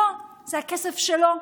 לא, זה הכסף שלו.